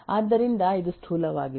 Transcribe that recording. ಆದ್ದರಿಂದ ಇದು ಸ್ಥೂಲವಾಗಿದೆ